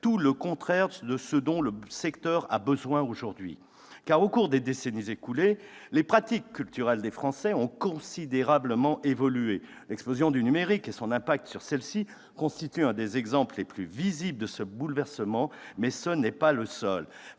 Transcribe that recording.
tout le contraire de ce dont le secteur a besoin aujourd'hui. Au cours des décennies écoulées, les pratiques culturelles des Français ont considérablement évolué. L'explosion du numérique et son impact sur celles-ci constituent l'un des exemples les plus visibles de ce bouleversement, mais ce n'est pas le seul.